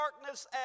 darkness